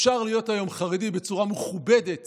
אפשר להיות היום חרדי בצורה מכובדת